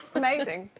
amazing,